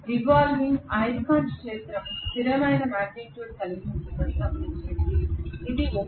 revolving అయస్కాంత క్షేత్రం స్థిరమైన మాగ్నిట్యూడ్ కలిగి ఉందని గమనించండి ఇది 1